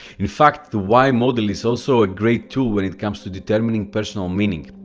in fact, the why model is also a great tool when it comes to determining personal meaning.